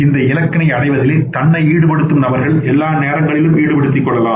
அந்த இலக்கை அடைவதில் தன்னை ஈடுபடுத்தும் நபர்களை எல்லா நேரங்களிலும் ஈடுபடுத்திக் கொள்ளலாம்